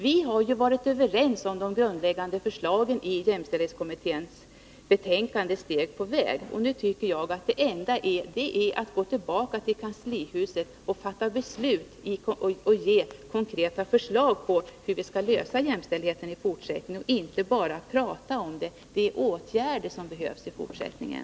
Vi har varit överens om de grundläggande förslagen i jämställdhetskommitténs betänkande Steg på väg, och nu tycker jag att det enda som finns att göra är att gå tillbaka till kanslihuset och ta fram förslag till hur vi skall lösa jämställdhetsfrågorna och inte bara prata om dem. Det är åtgärder som behövs i fortsättningen.